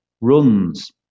runs